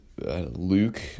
Luke